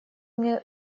мне